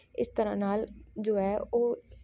ਇਸ ਤਰ੍ਹਾਂ ਨਾਲ ਜੋ ਹੈ ਉਹ